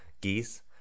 geese